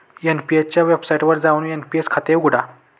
NPS च्या वेबसाइटवर जाऊन एन.पी.एस खाते उघडा